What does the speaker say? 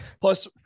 plus